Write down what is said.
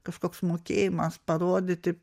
kažkoks mokėjimas parodyti